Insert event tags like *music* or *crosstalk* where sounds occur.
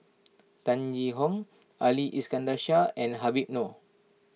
*noise* Tan Yee Hong Ali Iskandar Shah and Habib Noh